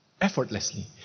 effortlessly